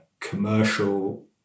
commercial